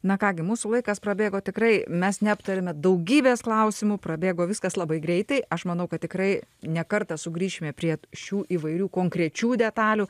na ką gi mūsų laikas prabėgo tikrai mes neaptarėme daugybės klausimų prabėgo viskas labai greitai aš manau kad tikrai ne kartą sugrįšime prie šių įvairių konkrečių detalių